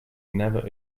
never